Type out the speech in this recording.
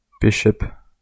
Bishop